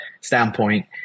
standpoint